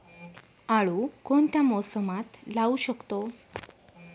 आळू कोणत्या मोसमात लावू शकतो?